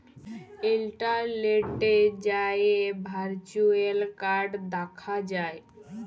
ইলটারলেটে যাঁয়ে virtual card দ্যাখা যায়